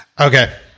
Okay